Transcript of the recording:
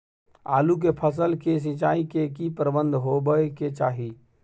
आलू के फसल के सिंचाई के की प्रबंध होबय के चाही?